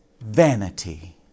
vanity